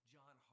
John